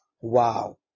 Wow